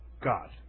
God